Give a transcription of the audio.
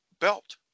belt